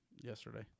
Yesterday